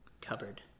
cupboard